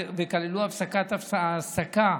וכללו הפסקת העסקה